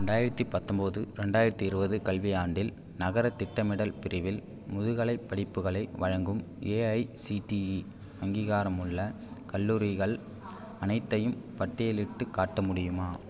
ரெண்டாயிரத்தி பத்தொம்போது ரெண்டாயிரத்தி இருபது கல்வியாண்டில் நகரத் திட்டமிடல் பிரிவில் முதுகலைப் படிப்புகளை வழங்கும் ஏஐசிடிஇ அங்கீகாரமுள்ள கல்லூரிகள் அனைத்தையும் பட்டியலிட்டுக் காட்ட முடியுமா